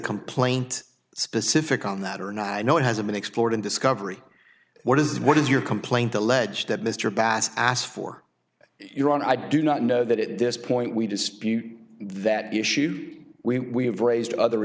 complaint specific on that or not i know it hasn't been explored in discovery what is what is your complaint allege that mr bass asked for your honor i do not know that at this point we dispute that issue we have raised other